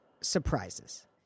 surprises